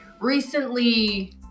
recently